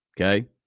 Okay